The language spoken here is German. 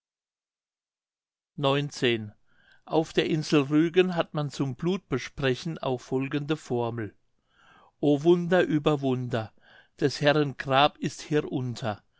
auf der insel rügen hat man zum blutbesprechen auch folgende formel o wunder über wunder des herren grab ist hierunter